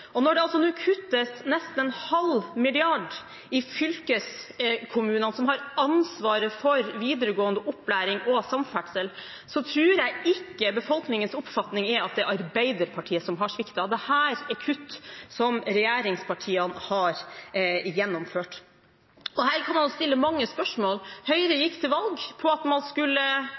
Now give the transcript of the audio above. Når det nå kuttes nesten en halv milliard kroner til fylkeskommunene, som har ansvaret for videregående opplæring og samferdsel, tror jeg ikke befolkningens oppfatning er at det er Arbeiderpartiet som har sviktet. Dette er kutt som regjeringspartiene har gjennomført. Her kan man stille mange spørsmål. Høyre gikk til valg på at man skulle